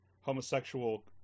homosexual